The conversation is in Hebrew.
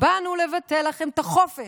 באנו לבטל לכם את החופש,